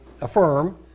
affirm